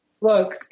look